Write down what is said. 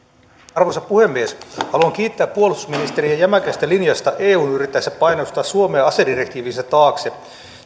arvoisa puhemies haluan kiittää puolustusministeriä jämäkästä linjasta eun yrittäessä painostaa suomea asedirektiivinsä taakse